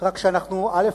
רק שאנחנו, א.